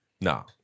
No